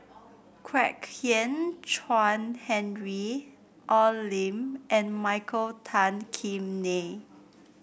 Kwek Hian Chuan Henry Al Lim and Michael Tan Kim Nei